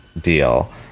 deal